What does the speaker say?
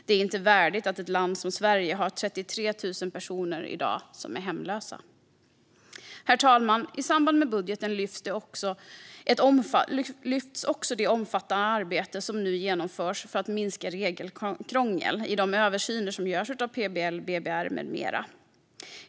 Det är inte värdigt att ett land som Sverige i dag har 33 000 personer som är hemlösa. Herr talman! I samband med budgeten lyfts också det omfattande arbete som nu genomförs för att minska regelkrångel i de översyner som görs av PBL, BBR med flera.